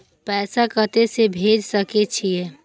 पैसा कते से भेज सके छिए?